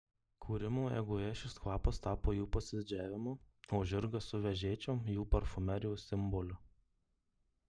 kūrimo eigoje šis kvapas tapo jų pasididžiavimu o žirgas su vežėčiom jų parfumerijos simboliu